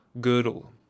Girdle